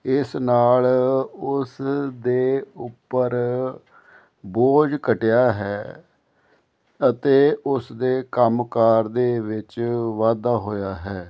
ਇਸ ਨਾਲ ਉਸ ਦੇ ਉੱਪਰ ਬੋਝ ਘਟਿਆ ਹੈ ਅਤੇ ਉਸ ਦੇ ਕੰਮਕਾਰ ਦੇ ਵਿੱਚ ਵਾਧਾ ਹੋਇਆ ਹੈ